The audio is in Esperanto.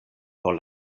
por